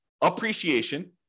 appreciation